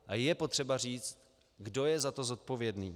A je potřeba říct, kdo je za to zodpovědný.